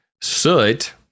soot